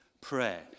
Prayer